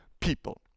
people